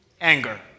anger